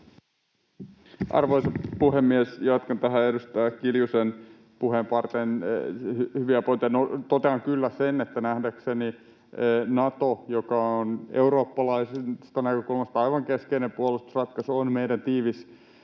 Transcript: Arvoisa puhemies! Jatkan tähän edustaja Kiljusen puheenparteen liittyen — hyviä pointteja. No, totean kyllä sen, että nähdäkseni Nato, joka on eurooppalaisesta näkökulmasta aivan keskeinen puolustusratkaisu, on meidän tiivis,